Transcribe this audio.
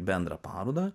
bendrą parodą